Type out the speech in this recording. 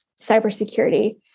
cybersecurity